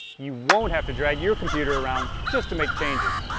you won't have to drag your computer around just to make changes.